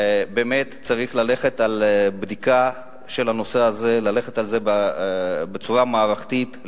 צריך ללכת על בדיקת הנושא הזה בצורה מערכתית,